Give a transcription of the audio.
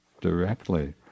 directly